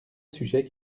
sujet